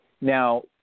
Now